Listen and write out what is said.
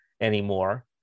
anymore